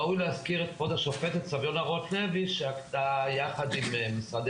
ראוי להזכיר את כבוד השופטת סביונה רוטלוי שהגתה יחד עם משרדי